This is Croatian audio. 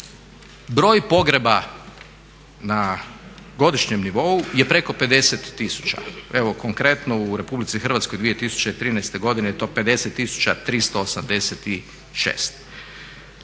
Broj pogreba na godišnjem nivou je preko 50 000. Evo konkretno u RH 2013. godine je to 50386.